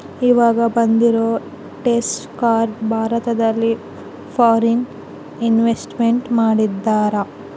ಈವಾಗ ಬಂದಿರೋ Tesla car ಭಾರತದಲ್ಲಿ ಫಾರಿನ್ ಇನ್ವೆಸ್ಟ್ಮೆಂಟ್ ಮಾಡಿದರಾ